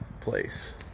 place